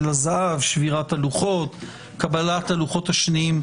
קבלת הלוחות השניים.